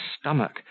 stomach